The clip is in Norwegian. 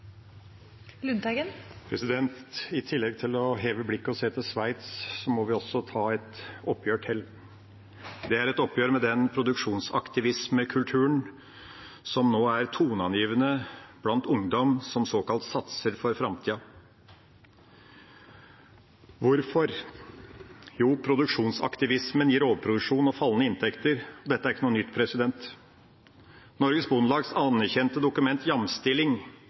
vest. I tillegg til å heve blikket og se til Sveits må vi også ta et oppgjør til. Det er et oppgjør med den produksjonsaktivismekulturen som nå er toneangivende blant ungdom som såkalt satser for framtida. Hvorfor? Jo, produksjonsaktivismen gir overproduksjon og fallende inntekter. Dette er ikke noe nytt. I Norges Bondelags anerkjente dokument om jamstilling